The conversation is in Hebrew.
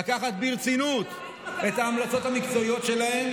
לקחת ברצינות את ההמלצות המקצועיות שלהם